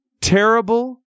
Terrible